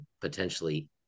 potentially